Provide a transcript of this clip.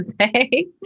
say